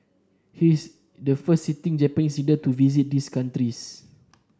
he's the first sitting Japanese leader to visit these countries